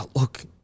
Look